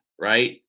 right